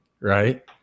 Right